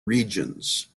regions